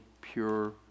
pure